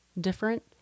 different